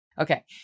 Okay